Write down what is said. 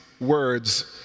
words